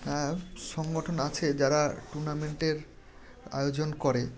হ্যাঁ সংগঠন আছে যারা টুর্নামেন্টের আয়োজন করে